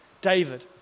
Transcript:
David